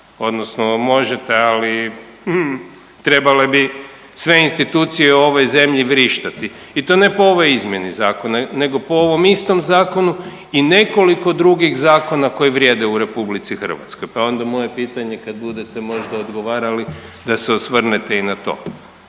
odnosno možete, ali trebale bi sve institucije u ovoj zemlji vrištati i to ne po ovoj izmjeni zakona nego po ovom istom zakonu i nekoliko drugih zakona koji vrijede u RH, pa je onda moje pitanje kad budete možda odgovarali da se osvrnete i na to.